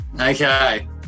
Okay